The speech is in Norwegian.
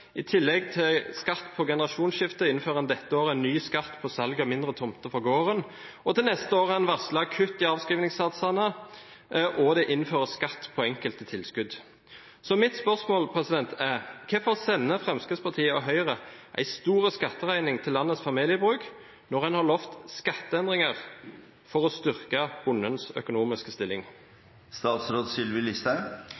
I tillegg til skatt ved generasjonsskifte innfører en dette året en ny skatt på salg av mindre tomter på gården, og til neste år har en varslet kutt i avskrivningssatsene, og det innføres skatt på enkelte tilskudd. Så mitt spørsmål er: Hvorfor sender Fremskrittspartiet og Høyre en stor skatteregning til landets familiebruk når en har lovet skatteendringer for å styrke bondens økonomiske